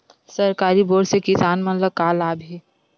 सरकारी बोर से किसान मन ला का लाभ हे?